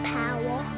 power